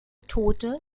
tote